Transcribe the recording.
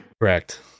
correct